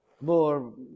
more